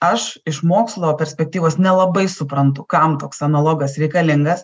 aš iš mokslo perspektyvos nelabai suprantu kam toks analogas reikalingas